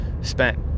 spent